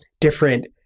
different